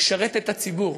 לשרת את הציבור,